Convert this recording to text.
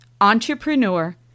entrepreneur